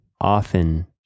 often